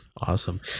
Awesome